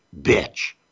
bitch